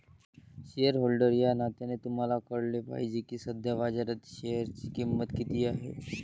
shareholder या नात्याने तुम्हाला कळले पाहिजे की सध्या बाजारात शेअरची किंमत किती आहे